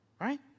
right